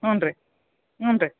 ಹ್ಞೂ ರೀ ಹ್ಞೂ ರೀ